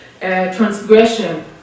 transgression